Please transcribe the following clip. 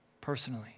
personally